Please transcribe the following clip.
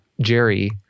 Jerry